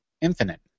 infinite